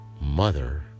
mother